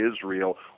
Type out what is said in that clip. Israel